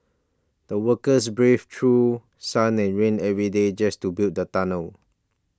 the workers braved through sun and rain every day just to build the tunnel